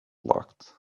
locked